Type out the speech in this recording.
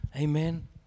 Amen